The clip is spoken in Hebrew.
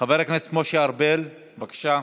חבר הכנסת משה ארבל, בבקשה.